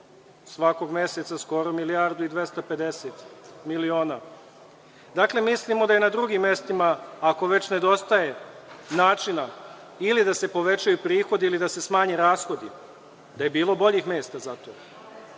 svakog meseca skoro milijardu i 250 miliona. Dakle, mislimo da i na drugim mestima, ako već nedostaje načina, ili da se povećaju prihodi ili da se smanje rashodi, da je bilo boljih mesta za